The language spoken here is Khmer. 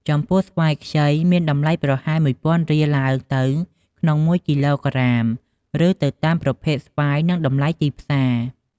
ចំពោះ ស្វាយខ្ចីមានតម្លៃប្រហែល១ពាន់រៀលឡើងទៅក្នុងមួយគីឡូក្រាម ឬទៅតាមប្រភេទស្វាយនិងតម្លៃទីផ្សារ។